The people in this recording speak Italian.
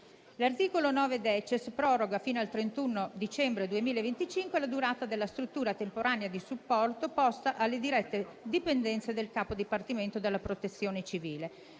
L'articolo 9-*decies* proroga fino al 31 dicembre 2025 la durata della struttura temporanea di supporto posta alle dirette dipendenze del Capo dipartimento della protezione civile.